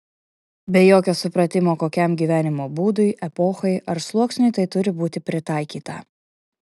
be jokio supratimo kokiam gyvenimo būdui epochai ar sluoksniui tai turi būti pritaikyta